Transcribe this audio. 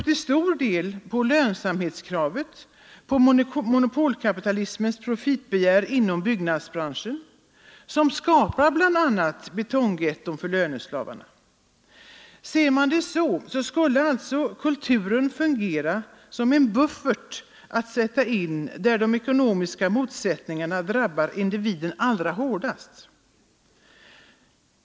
Till stor del på lönsamhetskravet och på monopolkapitalismens profitbegär inom byggnadsbranschen, som bl.a. skapar betonggetton för löneslavarna. Ser man det så, skulle alltså kulturen fungera som en buffert att sättas in där de ekonomiska motsättningarna drabbar individen allra hårdast.